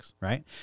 right